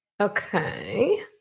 Okay